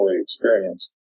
experience